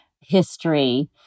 history